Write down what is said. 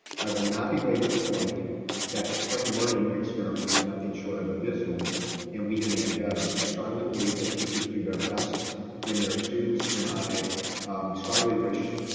i will not belabor the point that the spring learning experiment was nothing short of abysmal and we demand better. i strongly believe that teachers do their best when they're students and i strongly wish